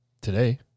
Today